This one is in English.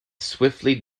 swiftly